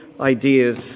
ideas